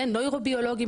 נוירו-ביולוגים,